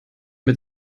mit